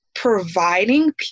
providing